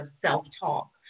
self-talk